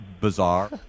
bizarre